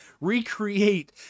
recreate